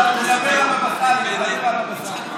דבר על הבבא סאלי.